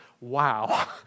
Wow